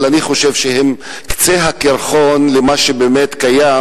אבל אני חושב שהם קצה הקרחון של מה שבאמת קיים